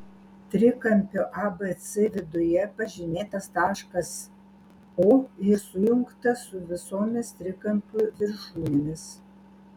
trikampio abc viduje pažymėtas taškas o ir sujungtas su visomis trikampio viršūnėmis